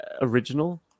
original